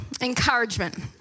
encouragement